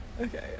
Okay